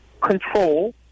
control